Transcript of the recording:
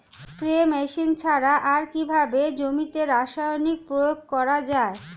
Spray machine ছাড়া আর কিভাবে জমিতে রাসায়নিক প্রয়োগ করা যায়?